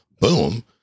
boom